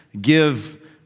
give